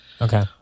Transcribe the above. Okay